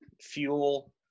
fuel